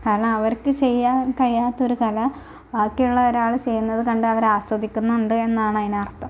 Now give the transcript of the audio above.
കാരണം അവർക്ക് ചെയ്യാൻ കഴിയാത്തൊരു കല ബാക്കിയുള്ള ഒരാൾ ചെയ്യുന്നത് കണ്ട് അവർ ആസ്വദിക്കുന്നുണ്ട് എന്നാണ് അതിനർത്ഥം